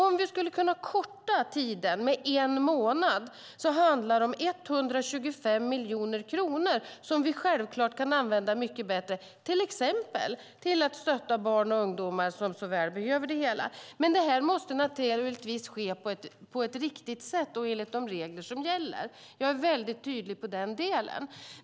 Om vi skulle kunna korta tiden med en månad handlar det om 125 miljoner kronor som vi självklart kan använda mycket bättre, till exempel till att stötta barn och ungdomar som så väl behöver det. Detta måste naturligtvis ske på ett riktigt sätt och enligt de regler som gäller. Jag är väldigt tydlig på den punkten.